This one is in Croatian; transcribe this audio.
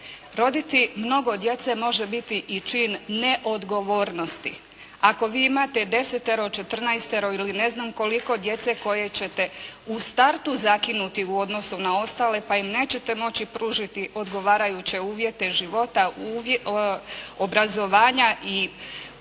Roditi mnogo djece može biti i čin neodgovornosti. Ako vi imate 10-tero, 14-tero ili ne znam koliko djece koje ćete u startu zakinuti u odnosu na ostale pa im nećete moći pružiti odgovarajuće uvjete života, obrazovanja i uspjeha